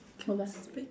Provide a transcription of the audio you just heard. hold on